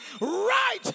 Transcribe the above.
right